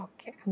Okay